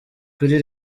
kuri